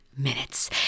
Minutes